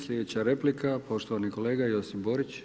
Slijedeća replika, poštovani kolega Josip Borić.